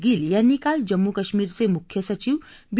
gill यांनी काल जम्मू काश्मीरचे मुख्य सचिव बी